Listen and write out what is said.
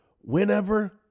whenever